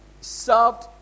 served